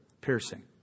piercing